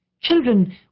Children